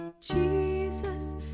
Jesus